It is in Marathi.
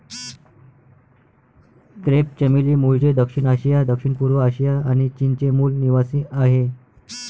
क्रेप चमेली मूळचे दक्षिण आशिया, दक्षिणपूर्व आशिया आणि चीनचे मूल निवासीआहे